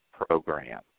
program